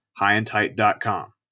HighandTight.com